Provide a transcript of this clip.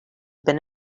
been